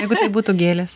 jeigu tai būtų gėlės